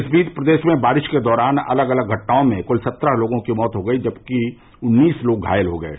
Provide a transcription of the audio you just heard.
इस बीच प्रदेश में बारिश के दौरान अलग अलग घटनाओं में कुल सत्रह लोगों की मौत हो गई जबकि उन्नीस लोग घायल हो गये